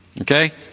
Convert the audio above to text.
Okay